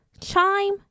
chime